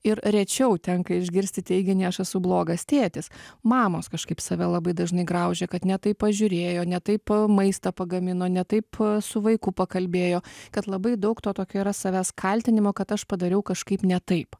ir rečiau tenka išgirsti teiginį aš esu blogas tėtis mamos kažkaip save labai dažnai graužia kad ne taip pažiūrėjo ne taip maistą pagamino ne taip su vaiku pakalbėjo kad labai daug to tokio yra savęs kaltinimo kad aš padariau kažkaip ne taip